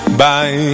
bye